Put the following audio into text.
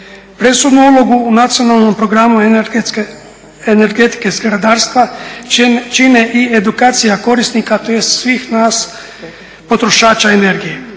Presudnu ulogu u Nacionalnom programu energetike zgradarstva čini i edukacija korisnika, tj. svih nas potrošača energije.